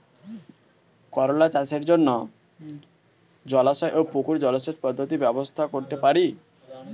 করোলা চাষের জন্য জলাশয় ও পুকুর জলসেচ পদ্ধতি ব্যবহার করতে পারি?